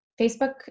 Facebook